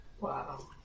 Wow